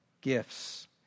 gifts